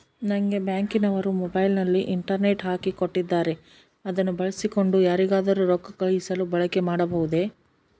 ನಂಗೆ ಬ್ಯಾಂಕಿನವರು ಮೊಬೈಲಿನಲ್ಲಿ ಇಂಟರ್ನೆಟ್ ಹಾಕಿ ಕೊಟ್ಟಿದ್ದಾರೆ ಅದನ್ನು ಬಳಸಿಕೊಂಡು ಯಾರಿಗಾದರೂ ರೊಕ್ಕ ಕಳುಹಿಸಲು ಬಳಕೆ ಮಾಡಬಹುದೇ?